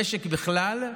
המשק בכלל,